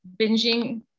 binging